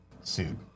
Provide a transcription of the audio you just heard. sued